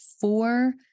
four